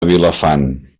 vilafant